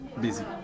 busy